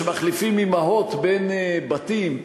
שמחליפים אימהות בין בתים.